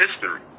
history